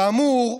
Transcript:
כאמור,